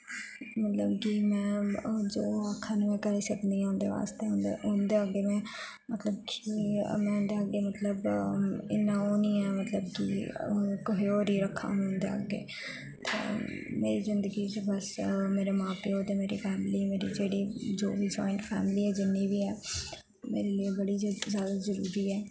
मतलब कि जो अक्खा निं ओह् करी सकने आं उंदे वास्तै उंदे अग्गै में मतलब कि में उंदे अग्गे मतलब कि इन्ना ओह् निं ऐ मतलब कि कुसे और गी रक्खा उंदे अग्गे मेरी जिंदगी च बस मेरे मां प्यो ते मेरी फैमिली मेरी जेह्ड़ी जो मेरी जाइंट फैमिली जिन्नी बी ऐ मेरे लिए बड़ी जादा जरूरी ऐ